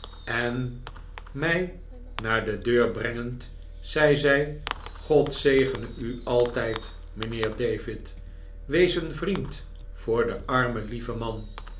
en mij naar de deur brengend zei zij god zeeene u altijd mijnheer david wees een vriend voor den armen lieven man